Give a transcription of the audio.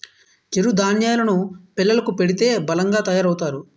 చిరు ధాన్యేలు ను పిల్లలకు పెడితే బలంగా తయారవుతారు